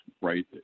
right